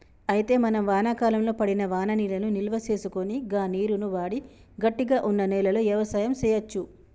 అయితే మనం వానాకాలంలో పడిన వాననీళ్లను నిల్వసేసుకొని గా నీరును వాడి గట్టిగా వున్న నేలలో యవసాయం సేయచ్చు